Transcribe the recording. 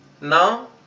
Now